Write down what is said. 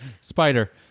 Spider